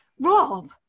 Rob